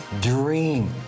dream